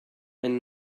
ein